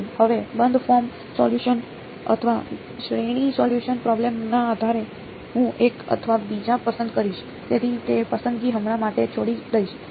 હવે બંધ form solution અથવા શ્રેણી સોલ્યુસન પ્રોબ્લેમ ના આધારે હું એક અથવા બીજી પસંદ કરીશ તેથી તે પસંદગી હમણાં માટે છોડી દઈશ